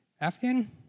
Afghan